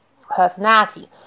personality